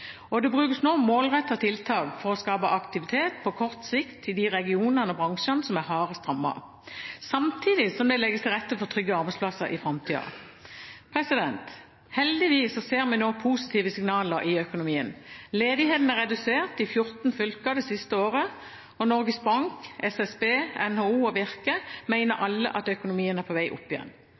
Vestlandet. Det brukes nå målrettede tiltak for å skape aktivitet på kort sikt til de regionene og bransjene som er hardest rammet, samtidig som det legges til rette for trygge arbeidsplasser i framtida. Heldigvis ser vi nå positive signaler i økonomien. Ledigheten er redusert i 14 fylker det siste året, og Norges Bank, SSB, NHO og Virke mener alle at økonomien er på vei opp igjen.